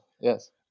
Yes